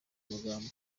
magambo